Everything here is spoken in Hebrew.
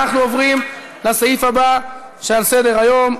אנחנו עוברים לסעיף הבא שעל סדר-היום,